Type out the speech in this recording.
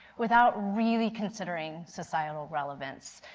without really considering societal relevance.